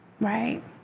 Right